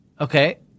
Okay